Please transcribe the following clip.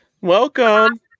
Welcome